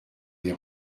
les